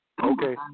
Okay